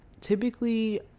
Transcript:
Typically